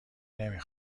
نمی